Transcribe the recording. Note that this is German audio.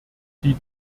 die